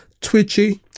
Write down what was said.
twitchy